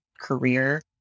career